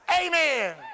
Amen